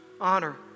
honor